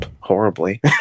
horribly